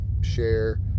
share